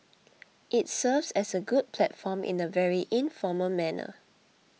it serves as a good platform in a very informal manner